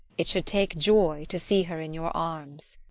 it should take joy to see her in your arms.